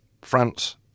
France